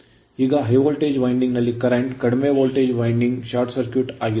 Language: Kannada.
ಈಗ ಹೈ ವೋಲ್ಟೇಜ್ ವೈಂಡಿಂಗ್ ನಲ್ಲಿ current ಕಡಿಮೆ ವೋಲ್ಟೇಜ್ ವೈಂಡಿಂಗ್ ಶಾರ್ಟ್ ಸರ್ಕ್ಯೂಟ್ ಆಗಿದೆ